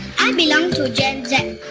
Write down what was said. i belong to ah gen z,